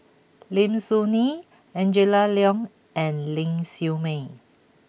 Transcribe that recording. Lim Soo Ngee Angela Liong and Ling Siew May